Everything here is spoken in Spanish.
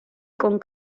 con